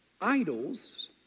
Idols